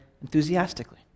enthusiastically